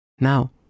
Now